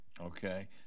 okay